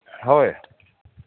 ꯍꯣꯏ